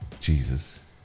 Jesus